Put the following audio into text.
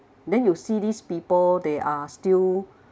then you see these people they are still